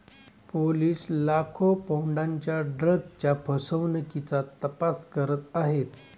police लाखो पौंडांच्या ड्रग्जच्या फसवणुकीचा तपास करत आहेत